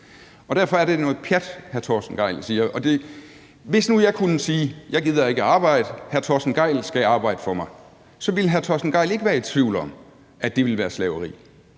Derfor er det, hr. Torsten Gejl siger, noget pjat. Jeg kunne sige: Jeg gider ikke at arbejde, hr. Torsten Gejl skal arbejde for mig. Så ville hr. Torsten Gejl ikke være i tvivl om, at det ville være slaveri.